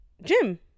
jim